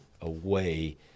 away